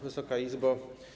Wysoka Izbo!